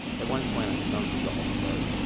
at one point i sunk a golf cart.